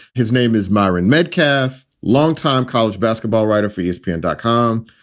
his name is myron metcalf, longtime college basketball writer for yeah espn and dot com.